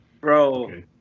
Bro